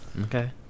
Okay